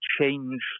change